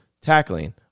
tackling